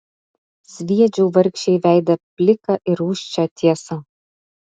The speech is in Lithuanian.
sviedžiau vargšei į veidą pliką ir rūsčią tiesą